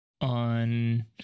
on